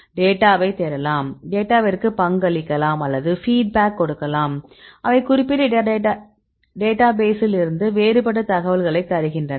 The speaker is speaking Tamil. டேட்டாவை தேடலாம் டேட்டாவிற்கு பங்களிக்கலாம் அல்லது ஃபீட்பேக் கொடுக்கலாம் அவை குறிப்பிட்ட டேட்டாபேஸில் இருந்து வேறுபட்ட தகவல்களைத் தருகின்றன